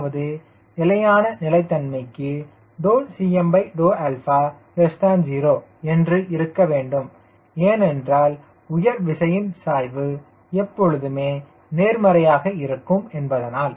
அதாவது நிலையான நிலைத்தன்மைக்கு Cma0 என்று இருக்க வேண்டும் ஏனென்றால் உயர் விசையின் சாய்வு எப்பொழுதுமே நேர்மறையாக இருக்கும் என்பதனால்